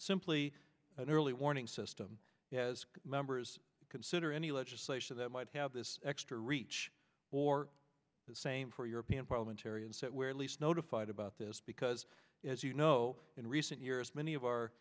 simply an early warning system as members consider any legislation that might have this extra reach or the same for european parliamentarians that were at least notified about this because as you know in recent years many of our